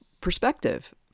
perspective